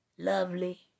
lovely